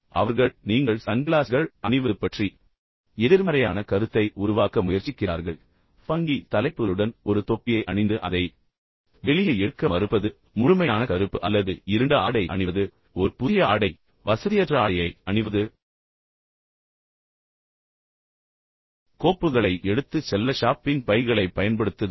எனவே அவர்கள் நீங்கள் சன்கிளாஸ்கள் அணிவது பற்றி எதிர்மறையான கருத்தை உருவாக்க முயற்சிக்கிறார்கள் மேலும் ஃபங்கி தலைப்புகளுடன் ஒரு தொப்பியை அணிந்து அதை வெளியே எடுக்க மறுப்பது பின்னர் முழுமையான கருப்பு அல்லது இருண்ட ஆடை அணிவது ஒரு புதிய ஆடை வசதியற்ற ஆடையை அணிவது கோப்புகளை எடுத்துச் செல்ல ஷாப்பிங் பைகளைப் பயன்படுத்துதல்